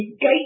gate